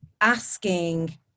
asking